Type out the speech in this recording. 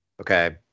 okay